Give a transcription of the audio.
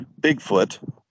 Bigfoot